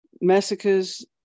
massacres